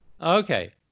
okay